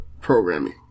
programming